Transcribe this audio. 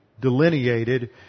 delineated